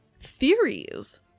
theories